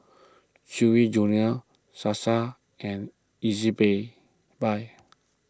Chewy Junior Sasa and Ezbuy buy